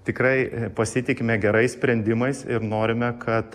tikrai pasitikime gerais sprendimais ir norime kad